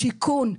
שיכון.